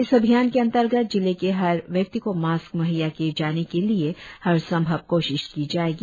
इस अभियान के अंतर्गत जिले के हर व्यक्ति को मास्क मुहेय्या किए जाने के लिए हर संभव कोशिश की जाएगी